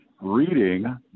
Reading